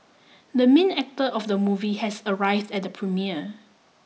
the main actor of the movie has arrived at the premiere